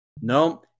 No